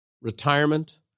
retirement